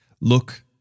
Look